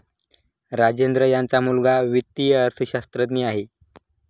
राजेंद्र यांचा मुलगा वित्तीय अर्थशास्त्रज्ञ आहे